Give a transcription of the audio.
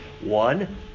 One